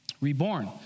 reborn